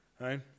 right